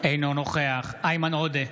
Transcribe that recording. אינו נוכח איימן עודה,